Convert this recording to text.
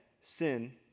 sin